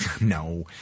No